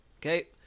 Okay